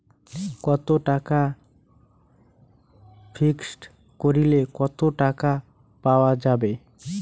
কত টাকা ফিক্সড করিলে কত টাকা পাওয়া যাবে?